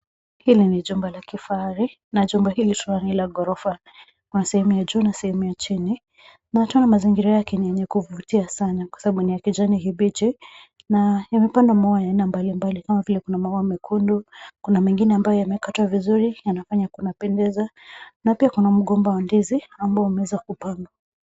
Hili ni jumba la kifahari, na jumba hili tunaona ni la ghorofa. Kuna sehemu ya juu na sehemu ya chini. Na tunaona mazingira yake ni yenye kuvutia sana, kwa sababu ni ya kijani kibichi, na yamepandwa maua ya aina mbalimbali kama vile kuna maua mekundu, kuna mengine ambayo yamekatwa vizuri, yanafanya kunapendeza, na pia kuna mgomba wa ndizi ambao umeweza kupandwa.